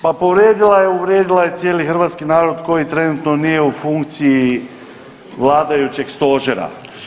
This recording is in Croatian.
Pa povrijedila je, uvrijedila je cijeli hrvatski narod koji trenutno nije u funkciji vladajućeg stožera.